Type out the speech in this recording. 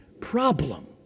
problem